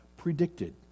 predicted